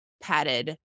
padded